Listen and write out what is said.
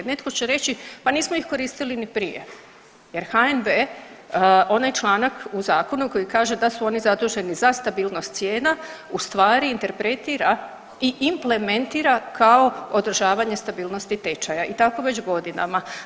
Netko će reći pa nismo ih koristili ni prije, jer HNB, onaj članak u zakonu koji kaže da su oni zaduženi za stabilnost cijena u stvari interpretira i implementira kao održavanje stabilnosti tečaja i tako već godinama.